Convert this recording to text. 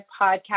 podcast